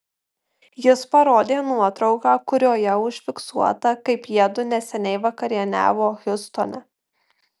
jis parodė nuotrauką kurioje užfiksuota kaip jiedu neseniai vakarieniavo hjustone